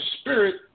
spirit